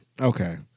Okay